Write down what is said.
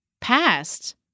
past